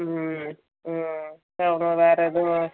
ம் ம் வேறு எதுவும்